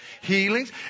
healings